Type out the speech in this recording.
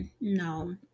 No